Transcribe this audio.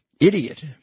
idiot